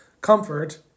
comfort